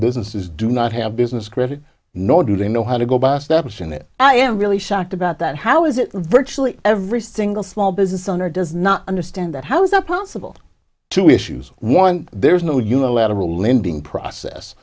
businesses do not have business credit nor do they know how to go back steps in it i am really shocked about that how is it virtually every single small business owner does not understand that how is that possible two issues one there is no unilateral lending process